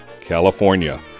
California